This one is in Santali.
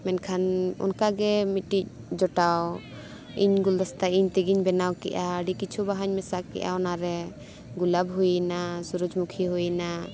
ᱢᱮᱱᱠᱷᱟᱱ ᱚᱱᱠᱟ ᱜᱮ ᱢᱤᱫᱴᱤᱡ ᱡᱚᱴᱟᱣ ᱤᱧ ᱜᱩᱞ ᱫᱚᱥᱛᱟ ᱤᱧ ᱛᱤᱜᱤᱧ ᱵᱮᱱᱟᱣ ᱠᱮᱜᱼᱟ ᱟᱹᱰᱤ ᱠᱤᱪᱷᱩ ᱵᱟᱦᱟᱧ ᱢᱮᱥᱟ ᱠᱮᱜᱼᱟ ᱚᱱᱟᱨᱮ ᱜᱩᱞᱟᱵᱽ ᱦᱩᱭᱱᱟ ᱥᱩᱨᱩᱡᱽᱢᱩᱠᱷᱤ ᱦᱩᱭᱱᱟ